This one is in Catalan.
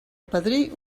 padrí